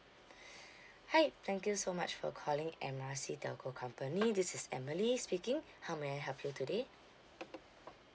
hi thank you so much for calling M R C telco company this is emily speaking how may I help you today